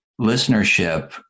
listenership